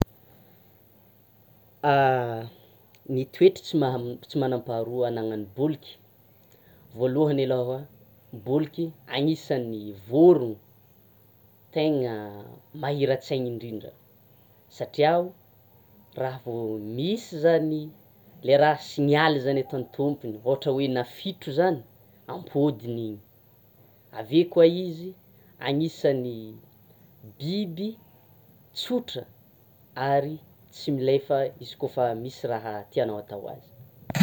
Ny toetry tsy manam-paharoa ananan'ny boloky, voalohany aloha, boloky anisan'ny vôrono tegna mahiran-tsainy indrindra, satriao raha vao misy zany ilay raha signialy zany ataon'ny tômpony ohatra hoe na fioto zany, ampôdiny iny, aveo koa izy anisan'ny biby tsotra ary tsy milefa izy koa fa misy raha tianao atoa azy.